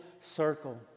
circle